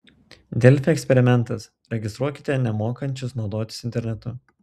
delfi eksperimentas registruokite nemokančius naudotis internetu